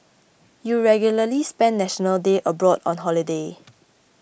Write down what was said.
you regularly spend National Day abroad on holiday